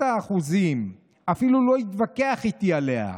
האחוזים ואפילו לא התווכח איתי עליה.